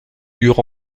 dure